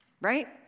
right